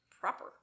Proper